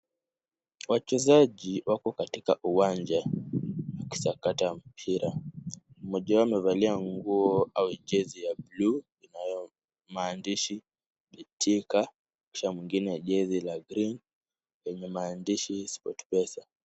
Wachezaji wako katika uwanja wakisakata mpira. Mmoja wao amevalia nguo au jezi ya buluu ambayo maandishi Betika, kisha mwingine jezi la green lenye maandishi SportPesa.